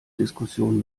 diskussion